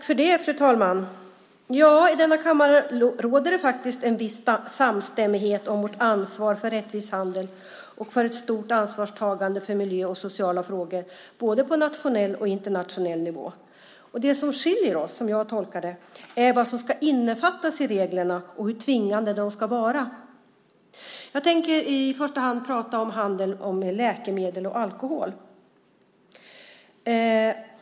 Fru talman! Det råder i denna kammare viss samstämmighet om vårt ansvar för rättvis handel och för ett stort ansvarstagande för miljö och sociala frågor på både nationell och internationell nivå. Det som skiljer oss är synen på vad som ska innefattas i reglerna och hur tvingade de ska vara. Jag tänker i första hand prata om handeln med läkemedel och alkohol.